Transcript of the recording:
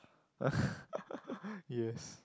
yes